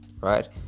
right